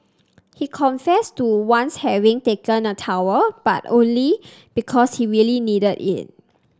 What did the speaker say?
he confessed to once having taken a towel but only because he really needed it